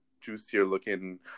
juicier-looking